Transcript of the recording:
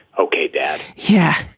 ok, dad yeah.